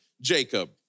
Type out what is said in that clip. Jacob